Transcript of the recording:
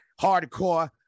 hardcore